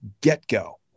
get-go